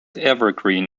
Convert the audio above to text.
evergreen